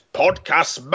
podcast